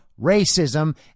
racism